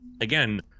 again